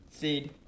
seed